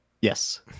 Yes